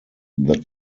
that